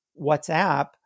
WhatsApp